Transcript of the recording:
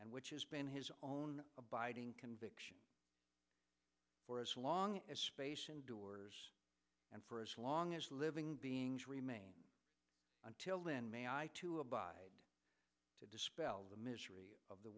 and which has been his own abiding conviction for as long as space indoors and for as long as living beings remain until then may i to abide to dispel the mysteries of the